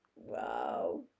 Wow